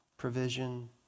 provision